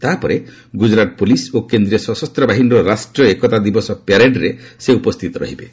ତା'ପରେ ଗୁଜୁରାଟ୍ ପୁଲିସ୍ ଓ କେନ୍ଦ୍ରୀୟ ସଶସ୍ତ ବାହିନୀର ରାଷ୍ଟ୍ରୀୟ ଏକତା ଦିବସ ପ୍ୟାରେଡ୍ରେ ସେ ଉପସ୍ଥିତ ରହିବେ